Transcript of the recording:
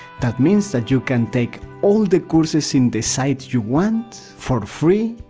that means that you can take all the courses in the site you want, for free,